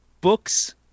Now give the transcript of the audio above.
books